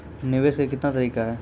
निवेश के कितने तरीका हैं?